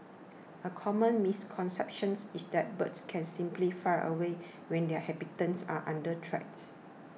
a common misconception is that birds can simply fly away when their habitats are under threat